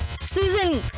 Susan